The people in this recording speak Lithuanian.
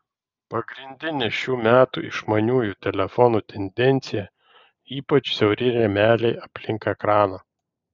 pagrindinė šių metų išmaniųjų telefonų tendencija ypač siauri rėmeliai aplink ekraną